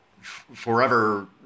forever